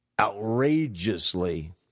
outrageously